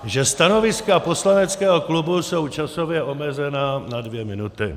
Že stanoviska poslaneckého klubu jsou časově omezena na dvě minuty.